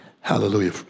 Hallelujah